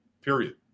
period